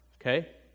Okay